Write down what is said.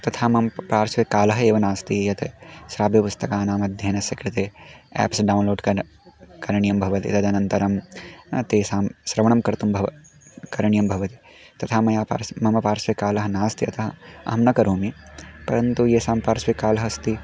तथा मम पार्श्वे कालः एव नास्ति यत् श्राव्यपुस्तकानामध्ययनस्य कृते एप्स् डौन्लोड् कर् करणीयं भवति तदनन्तरं तेषां श्रवणं कर्तुं भवति करणीयं भवति तथा मत पार्श्वे मम पार्श्वे कालः नास्ति अतः अहं न करोमि परन्तु येषां पार्स्वे कालः अस्ति